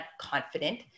confident